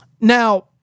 now